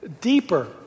Deeper